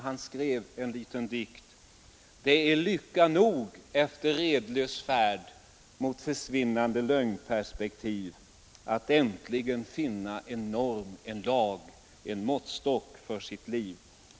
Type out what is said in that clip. Han skrev följande lilla dikt: Det är lycka nog efter redlös färd mot försvinnande lögnperspektiv, att äntligen finna en norm, en lag, en måttstock för sitt liv.